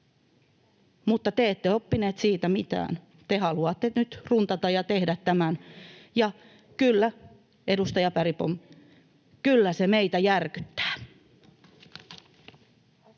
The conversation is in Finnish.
Mutta te ette oppineet siitä mitään. Te haluatte nyt runtata ja tehdä tämän. Kyllä, edustaja Bergbom, kyllä se meitä järkyttää.